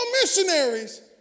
missionaries